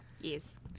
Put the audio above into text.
yes